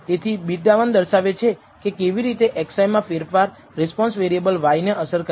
તેથી β1 દર્શાવે છે કે કેવી રીતે x i માં ફેરફાર રિસ્પોન્સ વેરિએબલ y ને અસર કરે છે